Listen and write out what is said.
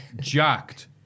jacked